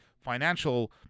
financial